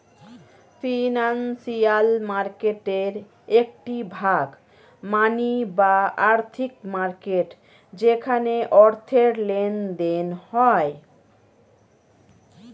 financial মার্কেটের একটি ভাগ মানি বা আর্থিক মার্কেট যেখানে অর্থের লেনদেন হয়